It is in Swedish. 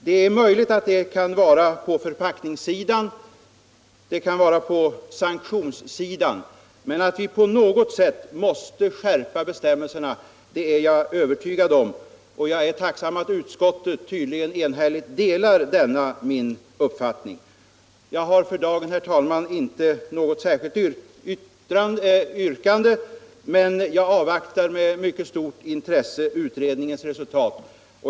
De skärpta bestämmelserna kan gälla förpackningssidan eller sanktionssidan, men att vi på något sätt måste skärpa bestämmelserna är jag övertygad om. Jag är tacksam att ett enhälligt utskott tydligen delar denna min uppfattning. Jag har för dagen, herr talman, inte något särskilt yrkande, men jag avvaktar med stort intresse utredningens resultat.